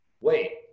wait